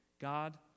God